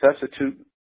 substitute